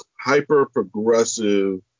hyper-progressive